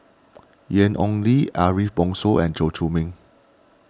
Ian Ong Li Ariff Bongso and Chew Chor Meng